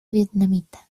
vietnamita